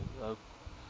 yup